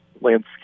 landscape